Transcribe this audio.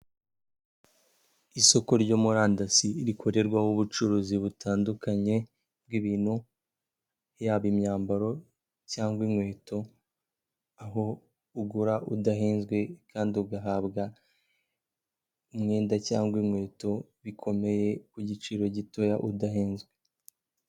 Isoko ryo murandasi rikorerwaho ubucuruzi butandukanye bw'ibintu yaba imyambaro cyangwa inkweto, aho ugura udahenzwe kandi ugahabwa umwenda cyangwa inkweto bikomeye ku giciro gitoya udahenzwe.